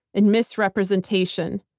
and misrepresentation,